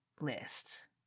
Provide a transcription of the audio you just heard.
list